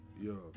Yo